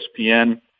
ESPN